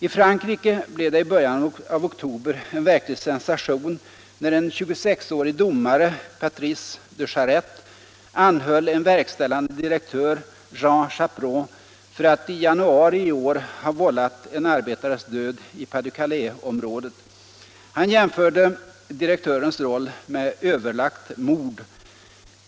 I Frankrike blev det i början av oktober en verklig sensation när en 26-årig domare, Patrice de Charette, anhöll en verkställande direktör, Jean Chapron, för att i januari i år ha vållat en arbetares död i Pas-de-Calais-området. Han jämförde direktörens roll med ”överlagt mord”.